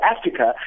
Africa